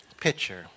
picture